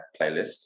playlist